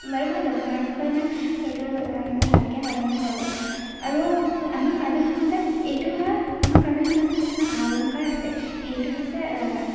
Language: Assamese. বাৰু মই দখনাৰ বিষয়ে ইমান সেইটো ইমান ভালকৈ নাজানোঁ বাৰু আৰু আমাৰ কাৰ্বি সমাজত এইটো হয় আমাৰ কাৰ্বি সমাজত কিছুমান আ অলংকাৰ আছে সেইটো হৈছে